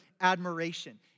admiration